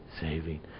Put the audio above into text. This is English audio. saving